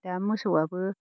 दा मोसौआबो